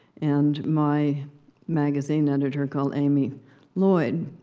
and my magazine editor, called amy lloyd,